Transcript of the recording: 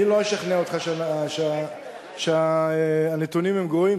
אני לא אשכנע אותך שהנתונים הם גרועים,